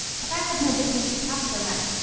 but i have no business to talk so much.